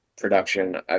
production